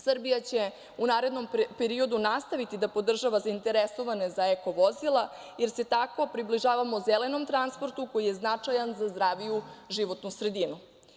Srbija će u narednom periodu nastaviti da podržava zainteresovane za eko vozila, jer se tako približavamo zelenom transportu, koji je značajan za zdraviju životnu sredinu.